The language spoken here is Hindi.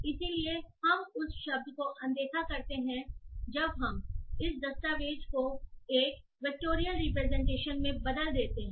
इसलिए हम उस शब्द को अनदेखा करते हैं जब हम इस दस्तावेज़ को एक वेक्टोरियल रिप्रेजेंटेशन में बदल देते हैं